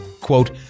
quote